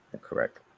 Correct